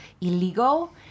illegal